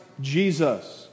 Jesus